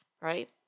right